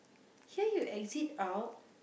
here you exit out